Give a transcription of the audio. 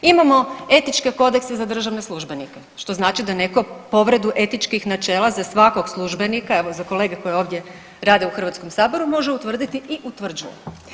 Imamo etičke kodekse za državne službenike, što znači da neko povredu etičkih načela za svakog službenika, evo za kolege koji ovdje rade u HS-u može utvrditi i utvrđuje.